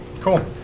Cool